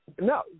No